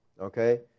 okay